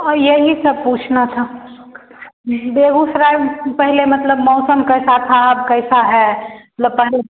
और यही सब पूछना था बेगूसराय पहले मतलब मौसम कैसा था अब कैसा है मतलब पहले